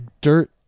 dirt